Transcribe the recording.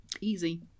easy